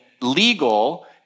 legal